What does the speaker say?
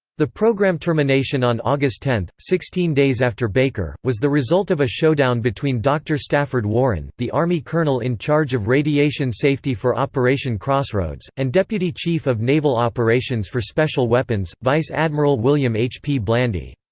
the program termination on august ten, sixteen days after baker, was the result of a showdown between dr. stafford warren, the army colonel in charge of radiation safety for operation crossroads, and deputy chief of naval operations for special weapons, vice admiral william h. p. blandy.